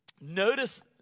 Notice